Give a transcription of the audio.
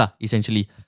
Essentially